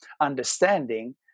understanding